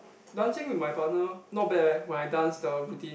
dancing with my partner not bad eh when I dance the routine